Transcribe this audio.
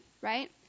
right